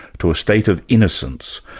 to a state of innocence,